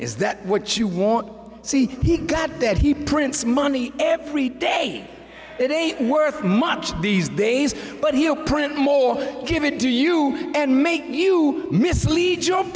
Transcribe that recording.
is that what you want to see he got that he prints money every day it ain't worth much these days but he'll print more give it to you and make new mislead j